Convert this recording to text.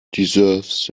deserves